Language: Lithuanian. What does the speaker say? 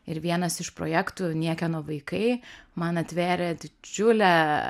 ir vienas iš projektų niekieno vaikai man atvėrė didžiulę